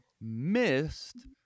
missed